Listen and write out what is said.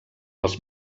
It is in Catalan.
els